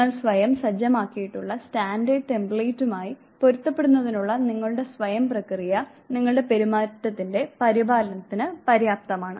നിങ്ങൾ സ്വയം സജ്ജമാക്കിയിട്ടുള്ള സ്റ്റാൻഡേർഡ് ടെംപ്ലേറ്റുമായി പൊരുത്തപ്പെടുന്നതിനുള്ള നിങ്ങളുടെ സ്വന്തം പ്രക്രിയ നിങ്ങളുടെ പെരുമാറ്റത്തിന്റെ പരിപാലനത്തിന് പര്യാപ്തമാണ്